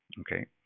Okay